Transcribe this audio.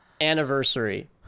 anniversary